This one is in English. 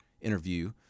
interview